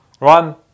run